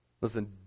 Listen